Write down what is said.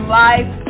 life